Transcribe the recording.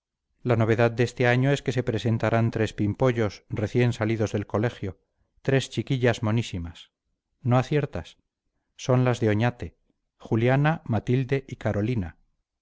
la novedad de este año es que se presentarán tres pimpollos recién salidos del colegio tres chiquillas monísimas no aciertas son las de oñate juliana matilde y carolina